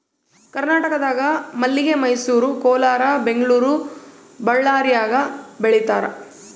ಕರ್ನಾಟಕದಾಗ ಮಲ್ಲಿಗೆ ಮೈಸೂರು ಕೋಲಾರ ಬೆಂಗಳೂರು ಬಳ್ಳಾರ್ಯಾಗ ಬೆಳೀತಾರ